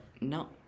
No